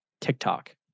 TikTok